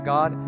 God